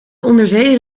onderzeeër